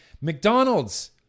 McDonald's